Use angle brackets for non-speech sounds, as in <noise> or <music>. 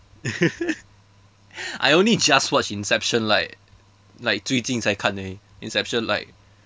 <laughs> I only just watch inception like like 最近才看而已 inception like